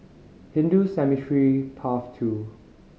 Hindu Cemetery Path Two